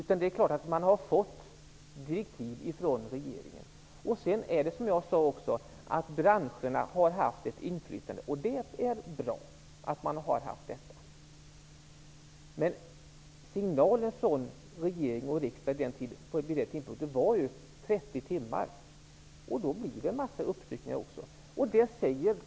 Man har självfallet fått direktiv från regeringen. Sedan har branscherna haft ett inflytande, som jag sade, och det är bra. Men signalen från regering och riksdag vid den tidpunkten var 30 timmar.